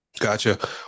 Gotcha